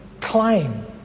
claim